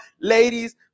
ladies